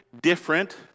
different